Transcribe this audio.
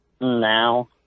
Now